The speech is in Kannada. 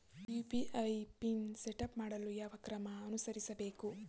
ಯು.ಪಿ.ಐ ಪಿನ್ ಸೆಟಪ್ ಮಾಡಲು ಯಾವ ಕ್ರಮ ಅನುಸರಿಸಬೇಕು?